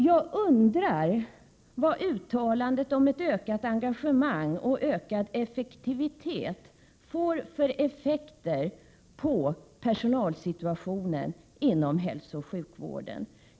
Jag undrar vad uttalandet om ett ökat engagemang och god effektivitet får för konsekvenser på personalsituationen inom hälsooch sjukvården.